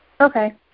Okay